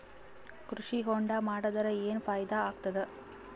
ಕೃಷಿ ಹೊಂಡಾ ಮಾಡದರ ಏನ್ ಫಾಯಿದಾ ಆಗತದ?